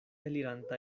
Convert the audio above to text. elirinta